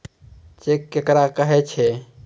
Cheque केकरा कहै छै?